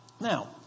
Now